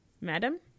madam